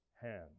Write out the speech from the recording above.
hand